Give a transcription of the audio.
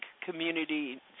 Community